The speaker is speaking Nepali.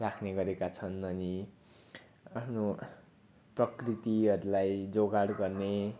राख्ने गरेका छन् अनि आफ्नो प्रकृतिहरूलाई जोगाड गर्ने